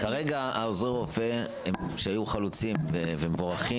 כרגע עוזרי הרופא שהיו חלוצים ומבורכים